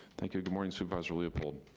thank you, good morning, supervisor leopold.